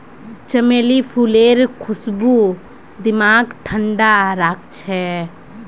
चमेली फूलेर खुशबू दिमागक ठंडा राखछेक